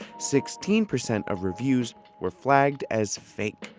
sixteen percent of reviews were flagged as fake.